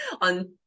on